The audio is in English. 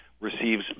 receives